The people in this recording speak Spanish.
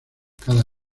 cada